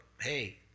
hey